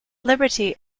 liberty